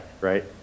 right